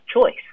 choice